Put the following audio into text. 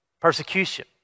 persecution